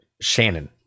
Shannon